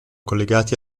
collegati